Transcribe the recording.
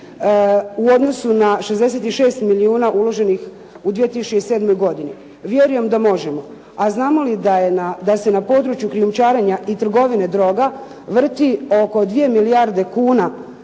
u odnosu na 66 milijuna uloženih u 2007. godini. Vjerujem da možemo. A znamo li da se na području krijumčarenja i trgovine droga vrti oko dvije milijarde kuna